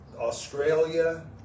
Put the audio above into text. Australia